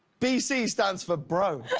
b c. stands for bro.